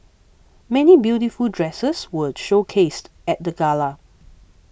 many beautiful dresses were showcased at the gala